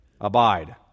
Abide